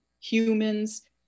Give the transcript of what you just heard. humans